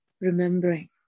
remembering